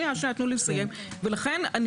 ולכן,